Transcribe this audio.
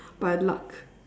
by luck